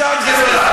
משם זה נולד.